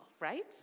right